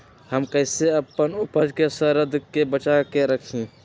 हम कईसे अपना उपज के सरद से बचा के रखी?